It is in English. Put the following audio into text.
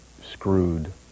screwed